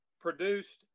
produced